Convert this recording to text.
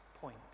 point